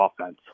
offense